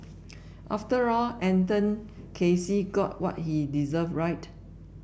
after all Anton Casey got what he deserved right